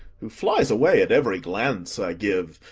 who flies away at every glance i give,